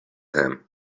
him